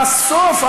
בסוף,